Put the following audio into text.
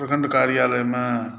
प्रखण्ड कार्यालयमे